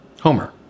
Homer